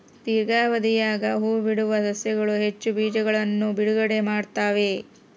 ದೀರ್ಘಾವಧಿಯಾಗ ಹೂಬಿಡುವ ಸಸ್ಯಗಳು ಹೆಚ್ಚು ಬೀಜಗಳನ್ನು ಬಿಡುಗಡೆ ಮಾಡ್ತ್ತವೆ